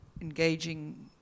engaging